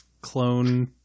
clone